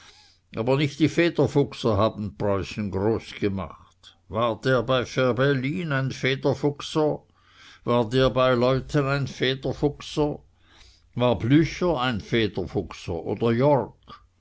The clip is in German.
aber nicht die federfuchser haben preußen groß gemacht war der bei fehrbellin ein federfuchser war der bei leuthen ein federfuchser war blücher ein federfuchser oder